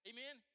Amen